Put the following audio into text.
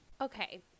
Okay